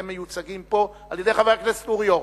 שמיוצגים פה על-ידי חבר הכנסת אורי אורבך.